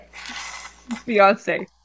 Beyonce